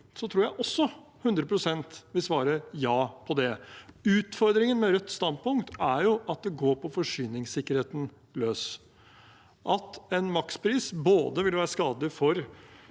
– tror jeg 100 pst. ville svart ja på det. Utfordringen med Rødts standpunkt er at det går på forsyningssikkerheten løs, at en makspris både ville være skadelig for